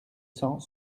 cent